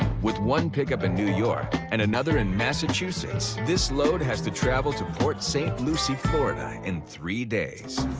with one pickup in new york and another in massachusetts, this load has to travel to port st. lucie, florida, in three days.